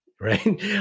right